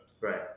Right